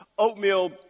Oatmeal